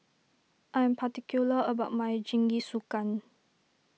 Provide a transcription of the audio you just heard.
I'm particular about my Jingisukan